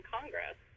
Congress